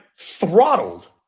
throttled